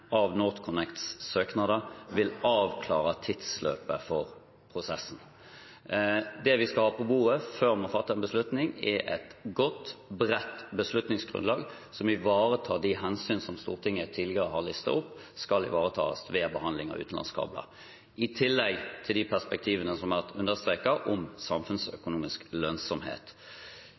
av NorthConnects søknad vil avklare tidsløpet for prosessen. Det vi skal ha på bordet før vi fatter en beslutning, er et godt, bredt beslutningsgrunnlag som ivaretar de hensyn som Stortinget tidligere har listet opp skal ivaretas ved behandling av utenlandskabler, i tillegg til de perspektivene som er understreket, om samfunnsøkonomisk lønnsomhet.